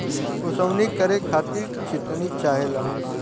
ओसवनी करे खातिर छितनी चाहेला